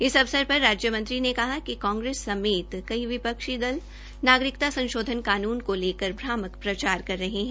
इस अवसर पर राज्यमंत्री ने कहा कि कांग्रेस समेत कई विपक्षी दल नागरिकता संशोधन कानून को लेकर भ्रामक प्रचार कर रहे हैं